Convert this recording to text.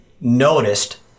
noticed